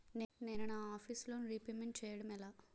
నేను నా office loan repayment చేయడం ఎలా?